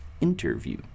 interview